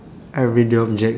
everyday object